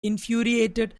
infuriated